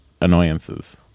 annoyances